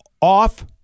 off